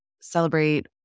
celebrate